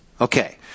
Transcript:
Okay